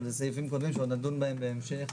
אבל זה סעיפים קודמים שעוד נדון בהם בהמשך,